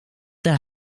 their